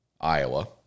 Iowa